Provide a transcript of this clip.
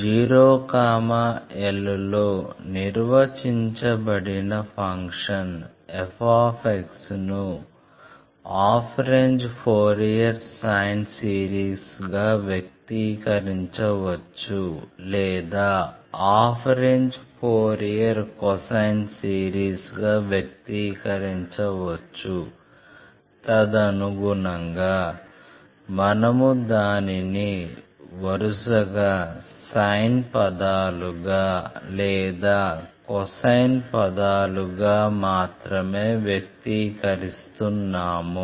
0 l లో నిర్వచించబడిన function f ను హాఫ్ రేంజ్ ఫోరియర్ సైన్ సిరీస్గా వ్యక్తీకరించవచ్చు లేదా హాఫ్ రేంజ్ ఫోరియర్ కొసైన్ సిరీస్గా వ్యక్తీకరించవచ్చు తదనుగుణంగా మనము దానిని వరుసగా సైన్ పదాలుగా లేదా కొసైన్ పదాలుగా మాత్రమే వ్యక్తీకరిస్తున్నాము